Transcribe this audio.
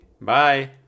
Bye